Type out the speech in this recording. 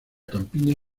campiña